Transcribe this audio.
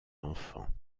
enfants